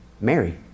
Mary